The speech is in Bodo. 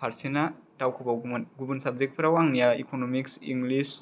फारसेना दावखोबावगौमोन गुबुन साबजेक्ट फोराव आंनिया इक'न'मिक्स इंग्लिस